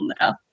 now